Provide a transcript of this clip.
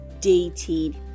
dating